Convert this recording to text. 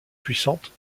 puissantes